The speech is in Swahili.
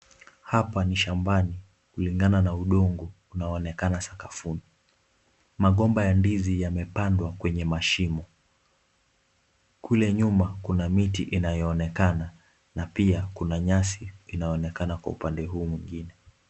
Hapa ni shambani kulingana na udongo unaoonekana sakafuni. Magomba ya ndizi yamepangwa kwenye mashimo. Kule nyuma kuna miti inayoonekana na pia kuna nyasi inaonekana kwa upande huu mwengine.